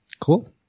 Cool